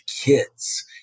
kids